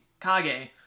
Kage